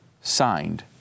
Signed